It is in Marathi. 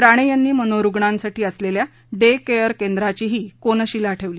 राणे यांनी मनोरुग्णासाठी असलेल्या डे केअर केंद्राचीही कोनशिला ठेवली